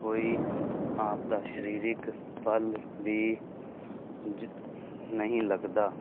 ਕੋਈ ਆਪਦਾ ਸਰੀਰਿਕ ਬਲ ਵੀ ਜ ਨਹੀਂ ਲੱਗਦਾ